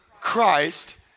Christ